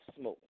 smoke